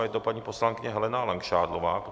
Je to paní poslankyně Helena Langšádlová.